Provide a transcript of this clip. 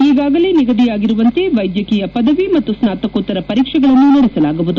ಈಗಾಗಲೇ ನಿಗದಿಯಾಗಿರುವಂತೆ ವೈದ್ಯಕೀಯ ಪದವಿ ಮತ್ತು ಸ್ನಾತಕೋತ್ತರ ಪರೀಕ್ಷೆಗಳನ್ನು ನಡೆಸಲಾಗುವುದು